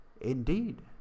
Indeed